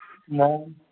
न